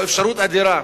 או אפשרות אדירה